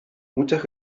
muchas